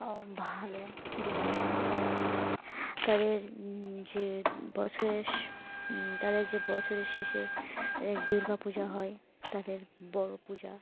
ভালো বন্ধুত্ব এবং তাদের যে বছরের তাদের যে বছরের শেষে দুর্গাপূজা হয় তাদের বড় পূজা